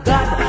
God